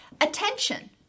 Attention